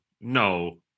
No